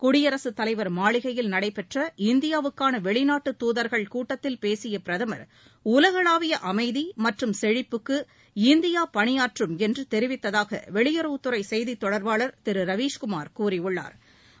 குடியரசுத் தலைவா் மாளிகையில் நடைபெற்ற இந்தியாவுக்கான வெளிநாட்டு தூதர்கள் கூட்டத்தில் பேசிய பிரதமர் உலகளாவிய அமைதி மற்றும் செழிப்புக்கு இந்தியா பணியாற்றும் என்று தெரிவித்ததாக வெளியுறவுத் துறை செய்தித்தொடா்பாளா் திரு ரவீஷ்குமாா் கூறியுள்ளாா்